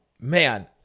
Man